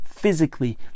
physically